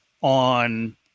on